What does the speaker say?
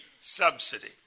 subsidy